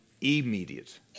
immediate